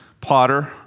Potter